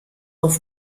auf